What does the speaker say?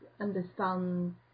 understand